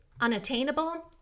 unattainable